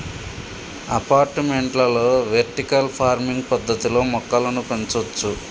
అపార్టుమెంట్లలో vertical farming పద్దతిలో మొక్కలను పెంచొచ్చు